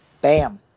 bam